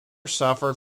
suffered